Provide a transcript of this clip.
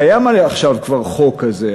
הרי קיים כבר עכשיו חוק כזה,